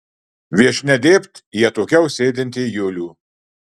viešnia dėbt į atokiau sėdintį julių